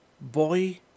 Boy